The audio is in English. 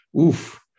oof